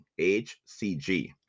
HCG